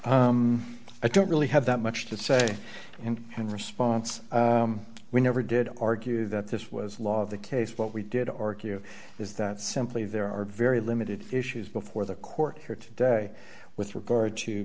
oh i don't really have that much to say and then response we never did argue that this was law of the case but we did or q is that simply there are very limited issues before the court here today with regard to